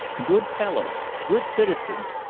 good fellows, good citizens,